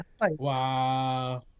Wow